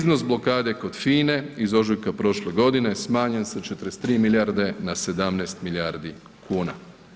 Iznos blokade kod FINA-e iz ožujka prošle godine smanjen sa 43 milijarde na 17 milijardi kuna.